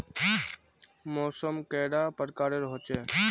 मौसम कैडा प्रकारेर होचे?